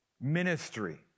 ministry